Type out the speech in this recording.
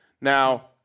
Now –